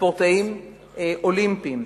ספורטאים אולימפיים.